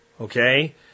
okay